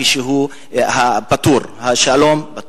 כשהשאלון פתור.